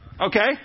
Okay